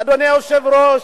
אדוני היושב-ראש,